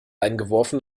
eingeworfen